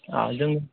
जों